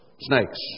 snakes